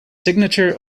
signature